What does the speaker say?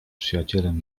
przyjacielem